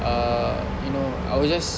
uh you know I will just